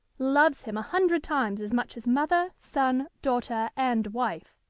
loves him a hundred times as much as mother, son, daughter, and wife.